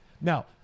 Now